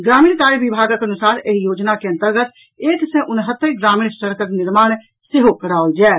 ग्रामीण कार्य विभागक अनुसार एहि योजना के अंतर्गत एक सय उनहत्तरि ग्रामीण सड़कक निर्माण सेहो कराओल जायत